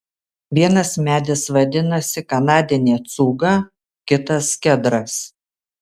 vienas medis vadinasi kanadinė cūga kitas kedras